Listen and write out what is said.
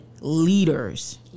leaders